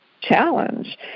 challenge